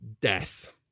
death